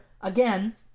again